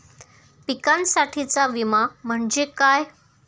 पिकांसाठीचा विमा म्हणजे काय?